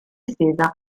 estesa